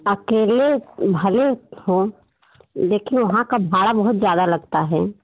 आपके area hello हाँ देखिए वहाँ का भाड़ा बहुत ज़्यादा लगता है